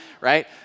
right